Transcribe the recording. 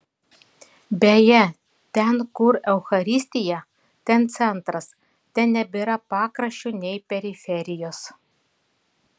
beje ten kur eucharistija ten centras ten nebėra pakraščio nei periferijos